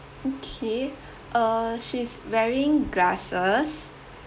okay uh she's wearing glasses